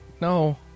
No